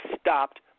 stopped